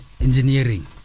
engineering